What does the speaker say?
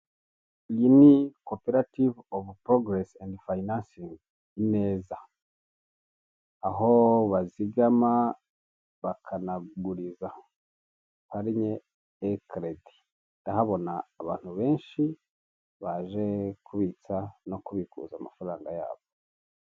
Iyi ni koperative ofu porogeresi ofu fayinansingi ineza. Aho bazigama bakanaguriza banke iri keredi ndahabona abantu benshi baje kubikuza amafaranga yabo.